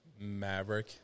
Maverick